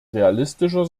realistischer